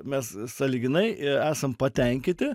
mes sąlyginai esam patenkinti